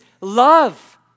love